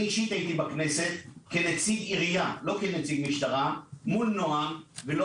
אני אישית הייתי בכנסת כנציג עירייה מול נועם ולא